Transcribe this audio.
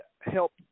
help